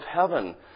heaven